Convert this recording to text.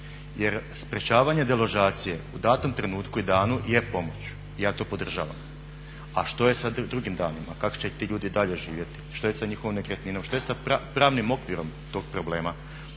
jer sprečavanje deložacije u datom trenutku i danu je pomoć i ja to podržavam, a što je sa drugim danima, kako će ti ljudi dalje živjeti, što je sa njihovom nekretninom, što je sa pravnim okvirom tog problema.